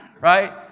right